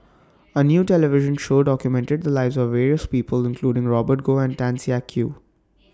A New television Show documented The Lives of various People including Robert Goh and Tan Siak Kew